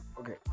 Okay